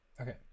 okay